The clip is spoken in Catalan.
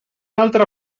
altre